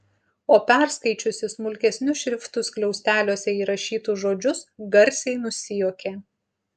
o perskaičiusi smulkesniu šriftu skliausteliuose įrašytus žodžius garsiai nusijuokė